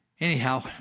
Anyhow